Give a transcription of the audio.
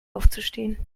aufzustehen